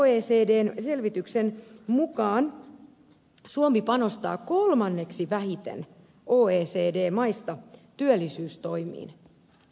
oecdn tuoreen selvityksen mukaan suomi panostaa kolmanneksi vähiten oecd maista työllisyystoimiin